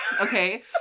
okay